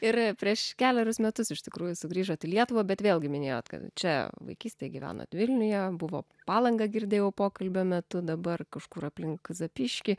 ir prieš kelerius metus iš tikrųjų sugrįžot į lietuvą bet vėlgi minėjot kad čia vaikystėj gyvenot vilniuje buvo palangą girdėjau pokalbio metu dabar kažkur aplink zapyškį